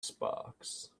sparks